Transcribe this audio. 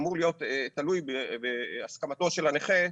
אמור להיות תלוי בהסכמתו של הנכה,